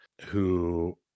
who-